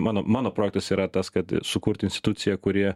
mano mano projektas yra tas kad sukurti instituciją kuri